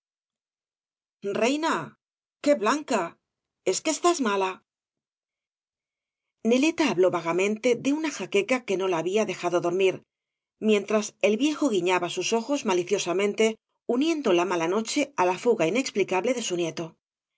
reina qué blanca es que estás mala neleta habló vagamente de una jaqueca que no la había dejado dormir mientras el viejo guiñaba sus ojos maliciosamente uniendo la mala noche á la fuga inexplicable de su nieto